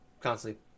constantly